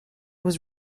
was